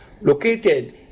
located